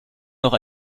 noch